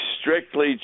strictly